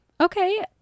okay